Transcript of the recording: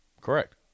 Correct